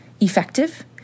effective